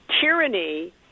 tyranny –